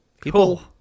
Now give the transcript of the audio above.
People